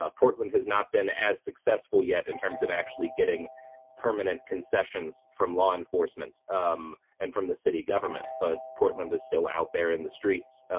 ah portland has not been as successful yet in terms of actually getting permanent concessions from law enforcement um and from the city government, but portland is still out there in the streets,